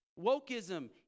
wokeism